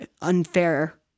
unfair